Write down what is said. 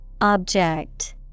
Object